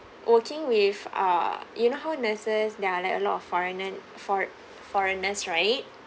working with uh you know how nurses there are like a lot of foreigner for foreigners right